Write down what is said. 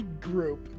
group